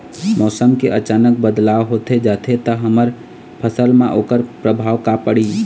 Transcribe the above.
मौसम के अचानक बदलाव होथे जाथे ता हमर फसल मा ओकर परभाव का पढ़ी?